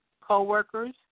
co-workers